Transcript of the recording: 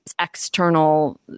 external